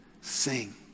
Sing